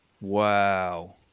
Wow